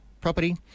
property